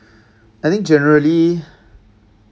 I think generally